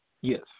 Yes